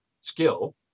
skill